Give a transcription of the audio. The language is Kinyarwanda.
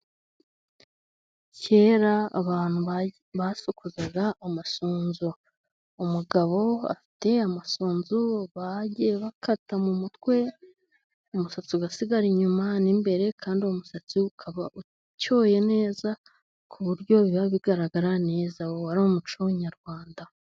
Kera abantu basokozaga umusunzu, umugabo afite amasunzu bagiye bakata mu mutwe, umusatsi ugasigara inyuma n'imbere, kandi umusatsi ukaba ucyoye neza, ku buryo biba bigaragara neza. Wari umuco nyarwanda.